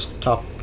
Top